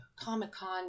Comic-Con